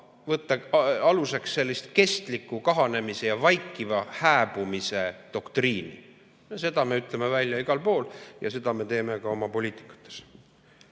võtta aluseks sellist kestliku kahanemise ja vaikiva hääbumise doktriini. Seda me ütleme välja igal pool. Ja seda me teeme ka oma poliitikas.